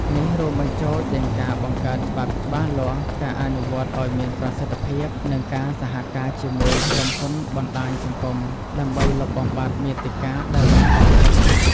នេះរួមបញ្ចូលទាំងការបង្កើតច្បាប់ច្បាស់លាស់ការអនុវត្តន៍ឲ្យមានប្រសិទ្ធភាពនិងការសហការជាមួយក្រុមហ៊ុនបណ្តាញសង្គមដើម្បីលុបបំបាត់មាតិកាដែលបង្កគ្រោះថ្នាក់។